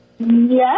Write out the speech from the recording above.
Yes